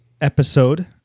episode